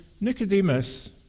Nicodemus